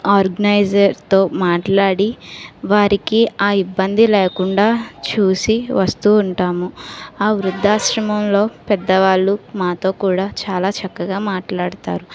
ఆర్గనైజర్తో మాట్లాడి వారికి ఆ ఇబ్బంది లేకుండా చూసి వస్తూ ఉంటాము ఆ వృద్ధాశ్రమంలో పెద్దవాళ్ళు మాతో కూడా చాలా చక్కగా మాట్లాడుతారు